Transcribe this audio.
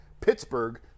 Pittsburgh